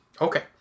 okay